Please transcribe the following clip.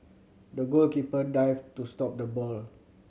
the goalkeeper dived to stop the ball